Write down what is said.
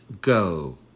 go